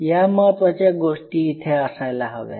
या महत्त्वाच्या गोष्टी इथे असायला हव्या